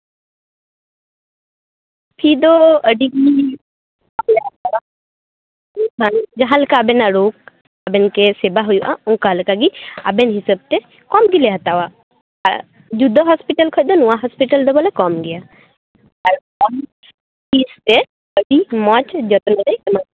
fee ᱫᱚ ᱟᱹᱰᱤ ᱜᱮ ᱠᱚᱢ ᱜᱮᱭᱟ ᱡᱟᱦᱟᱸ ᱞᱮᱠᱟ ᱟᱵᱮᱱᱟᱜ ᱨᱳᱜᱽ ᱟᱵᱮᱱ ᱠᱤ ᱥᱮᱵᱟ ᱦᱩᱭᱩᱜᱼᱟ ᱚᱱᱠᱟ ᱟᱵᱮᱱ ᱦᱤᱸᱥᱟᱹᱵᱛᱮ ᱠᱚᱢ ᱜᱮᱞᱮ ᱦᱟᱛᱟᱣᱟ ᱟᱨ ᱡᱩᱫᱟᱹ ᱦᱚᱥᱯᱤᱴᱟᱞ ᱠᱷᱚᱡ ᱫᱚ ᱱᱚᱣᱟ ᱦᱚᱥᱯᱤᱴᱟᱞ ᱫᱚ ᱵᱚᱞᱮ ᱠᱚᱢᱜᱮᱭᱟ ᱟᱨ ᱠᱚᱢ ᱯᱷᱤᱥ ᱛᱮ ᱟᱹᱰᱤ ᱡᱚᱛᱚᱱ ᱞᱮ ᱮᱢᱟᱢᱟ